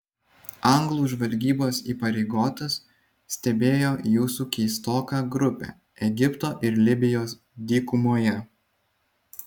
anglų žvalgybos įpareigotas stebėjo jūsų keistoką grupę egipto ir libijos dykumoje